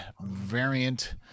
variant